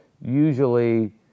usually